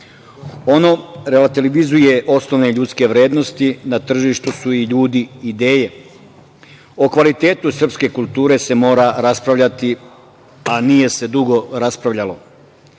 Ono relativizuje osnovne ljudske vrednosti. Na tržištu su i ljudi i ideje.O kvalitetu srpske kulture se mora raspravljati, a nije se dugo raspravljalo.